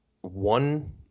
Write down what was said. one